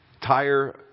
tire